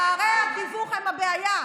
פערי התיווך הם הבעיה.